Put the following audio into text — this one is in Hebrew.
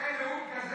לא כשר.